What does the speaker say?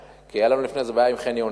כי היתה לנו לפני כן הבעיה של חניונים,